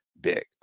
big